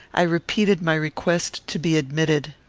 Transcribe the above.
i repeated my request to be admitted.